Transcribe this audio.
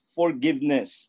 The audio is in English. forgiveness